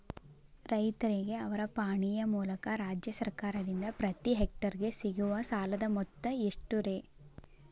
ರೈತರಿಗೆ ಅವರ ಪಾಣಿಯ ಮೂಲಕ ರಾಜ್ಯ ಸರ್ಕಾರದಿಂದ ಪ್ರತಿ ಹೆಕ್ಟರ್ ಗೆ ಸಿಗುವ ಸಾಲದ ಮೊತ್ತ ಎಷ್ಟು ರೇ?